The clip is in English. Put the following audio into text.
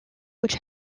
which